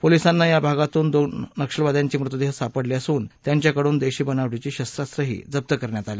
पोलिसांना या भागातून दोन नक्षलवाद्यांचे मृतदेह सापडले असून त्यांच्याकडून देशी बनावटीची शस्त्रास्त्रही जप्त करण्यात आली